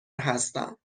هستم